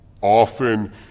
Often